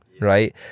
right